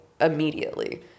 immediately